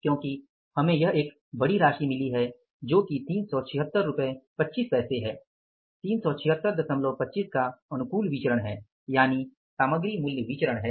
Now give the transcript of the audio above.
क्योंकि हमें यह एक बड़ी राशि मिली है जो कि 37625 का अनुकूल विचरण है यानि सामग्री मूल्य विचरण है